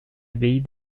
abbaye